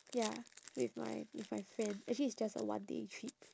ya with my with my friend actually it's just a one day trip